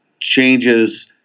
changes